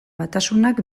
batasunak